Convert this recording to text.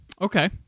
okay